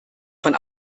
von